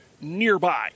nearby